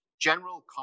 general